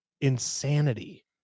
insanity